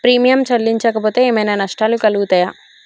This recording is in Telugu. ప్రీమియం చెల్లించకపోతే ఏమైనా నష్టాలు కలుగుతయా?